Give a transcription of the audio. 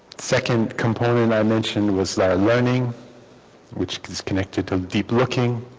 second component i mentioned was that learning which is connected to deep looking